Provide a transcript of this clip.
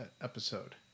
episode